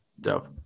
Dope